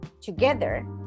together